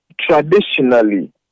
traditionally